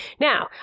Now